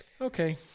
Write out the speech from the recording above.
Okay